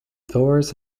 doors